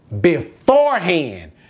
beforehand